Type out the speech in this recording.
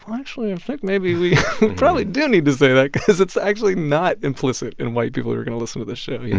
i think and like maybe we probably do need to say that because it's actually not implicit in white people who are going to listen to this show, you know?